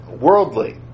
worldly